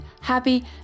happy